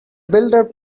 builder